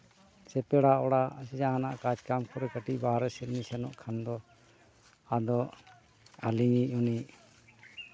ᱥᱮ ᱯᱮᱲᱟ ᱚᱲᱟᱜ ᱡᱟᱦᱟᱱᱟᱜ ᱠᱟᱡᱽ ᱠᱟᱢ ᱠᱚᱨᱮ ᱠᱟᱹᱴᱤᱡ ᱵᱟᱦᱨᱮ ᱥᱮᱫ ᱞᱤᱧ ᱥᱮᱱᱚᱜ ᱠᱷᱟᱱ ᱫᱚ ᱟᱫᱚ ᱟᱹᱞᱤᱧ ᱤᱡ ᱩᱱᱤ